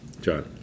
John